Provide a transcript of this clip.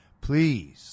Please